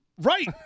Right